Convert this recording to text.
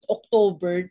October